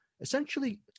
Essentially